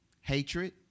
hatred